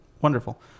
wonderful